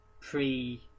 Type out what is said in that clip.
pre